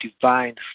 divine